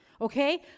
okay